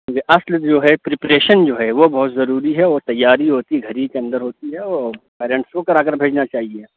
کیونکہ اصل جو ہے پریپریشن جو ہے وہ بہت ضروری ہے اور تیاری ہوتی گھر ہی کے اندر ہوتی ہے اور پیرینٹس کو کرا کر بھیجنا چاہیے